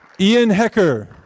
ian hecker.